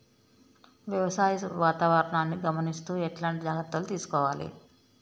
వ్యవసాయ వాతావరణాన్ని గమనిస్తూ ఎట్లాంటి జాగ్రత్తలు తీసుకోవాలే?